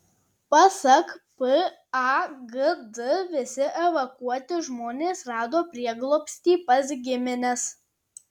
pasak pagd visi evakuoti žmonės rado prieglobstį pas gimines